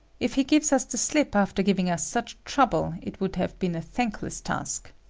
if he gives us the slip after giving us such trouble, it would have been a thankless task.